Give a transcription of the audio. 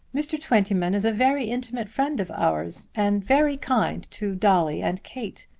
mr. twentyman is a very intimate friend of ours, and very kind to dolly and kate.